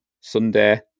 Sunday